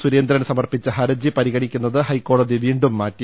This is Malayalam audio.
സുരേന്ദ്രൻ സമർപ്പിച്ച ഹർജി പരിഗണിക്കുന്നത് ഹൈക്കോടതി വീണ്ടും മാറ്റി